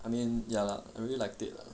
I mean ya lah I really liked it lah